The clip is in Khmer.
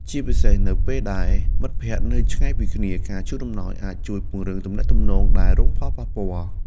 ជាពិសេស នៅពេលដែលមិត្តភក្តិនៅឆ្ងាយពីគ្នា ការជូនអំណោយអាចជួយពង្រឹងទំនាក់ទំនងដែលរងផលប៉ះពាល់។